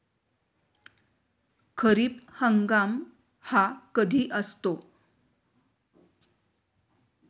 खरीप हंगाम हा कधी असतो?